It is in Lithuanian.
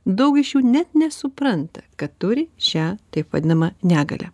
daug iš jų net nesupranta kad turi šią taip vadinamą negalią